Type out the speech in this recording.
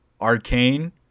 Arcane